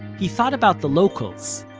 he thought about the locals,